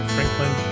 Franklin